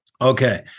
Okay